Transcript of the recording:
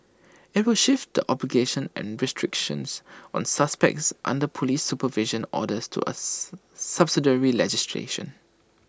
IT will shift the obligations and restrictions on suspects under Police supervision orders to A subsidiary legislation